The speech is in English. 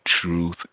truth